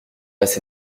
assez